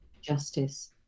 justice